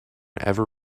ever